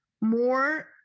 more